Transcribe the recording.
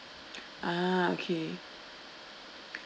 ah okay